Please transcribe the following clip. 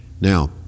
Now